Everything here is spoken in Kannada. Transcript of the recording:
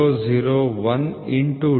001 ಡಿ